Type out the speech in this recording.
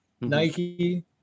Nike